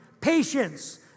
patience